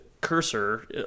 cursor